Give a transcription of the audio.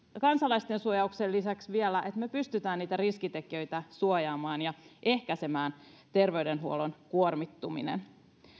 kansalaisten suojauksen lisäksi vielä se että me pystymme niitä riskitekijöitä suojaamaan ja ehkäisemään terveydenhuollon kuormittumisen